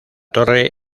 torre